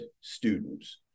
students